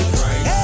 right